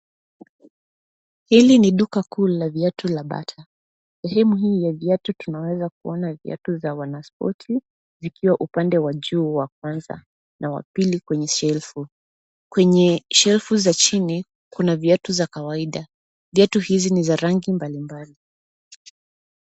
Hili ni duka kuu la viatu la bata. Sehemu hii ya viatu tunaweza kuona viatu za wanaspoti vikiwa upande wa juu wa kwanza na wa pili kwenye shelf .Kwenye shelf za chini kuna viatu za kawaida. Viatu hizi ni za rangi mbalimbali.